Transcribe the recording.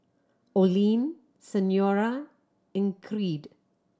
Olene Senora in Creed